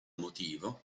motivo